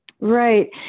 Right